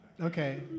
Okay